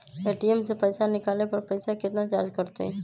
ATM से पईसा निकाले पर पईसा केतना चार्ज कटतई?